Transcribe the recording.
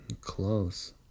Close